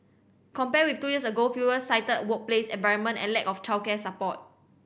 compared with two years ago fewer cited workplace environment and lack of childcare support